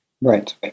Right